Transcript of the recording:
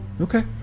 Okay